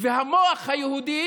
היו לי הרבה פניות,